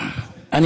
משהו.